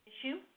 issue